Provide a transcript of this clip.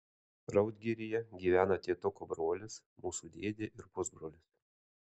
raudgiryje gyvena tėtuko brolis mūsų dėdė ir pusbrolis